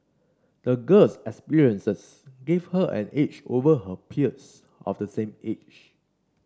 the girl's experiences gave her an edge over her peers of the same age